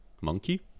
Monkey